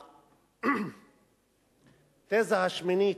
בתזה השמינית,